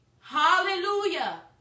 Hallelujah